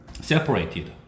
separated